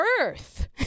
Earth